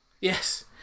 Yes